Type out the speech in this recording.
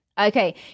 Okay